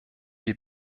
wir